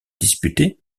disputés